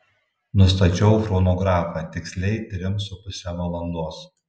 nustačiau chronografą tiksliai trim su puse valandos